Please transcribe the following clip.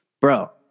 Bro